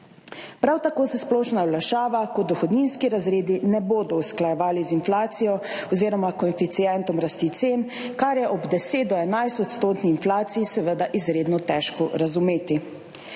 Prav tako se splošna olajšava kot dohodninski razredi ne bodo usklajevali z inflacijo oziroma koeficientom rasti cen, kar je ob 10 do 11 odstotni inflaciji seveda izredno težko razumeti.